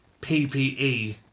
PPE